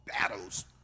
battles